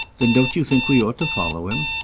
then don't you think we ought to follow him?